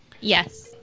Yes